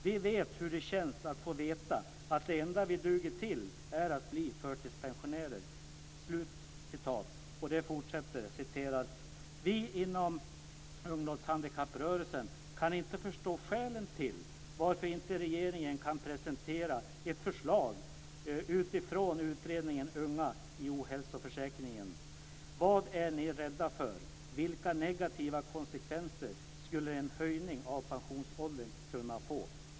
Vi vet hur det känns att få veta att det enda vi duger till är att bli förtidspensionärer. Vi kan inte förstå skälen till varför inte regeringen kan presentera ett förslag utifrån utredningen unga i ohälsoförsäkringens förslag. Vad är ni rädda för? Vilka negativa konsekvenser skulle en höjning av pensionsåldern kunna få?"